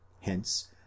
hence